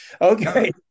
Okay